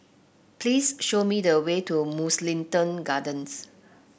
please show me the way to Mugliston Gardens